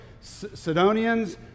Sidonians